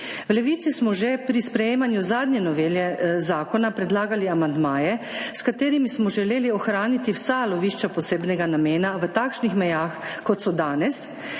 V Levici smo že pri sprejemanju zadnje novele zakona predlagali amandmaje, s katerimi smo želeli ohraniti vsa lovišča posebnega namena v takšnih mejah, kot so danes,